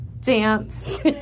dance